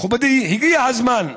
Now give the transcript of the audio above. מכובדי, הגיע הזמן.